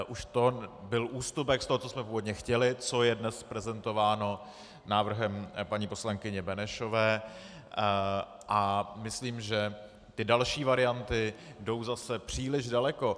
Už to byl ústupek z toho, co jsme původně chtěli, co je dnes prezentováno návrhem paní poslankyně Benešové, a myslím, že ty další varianty jdou zase příliš daleko.